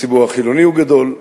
הציבור החילוני הוא גדול,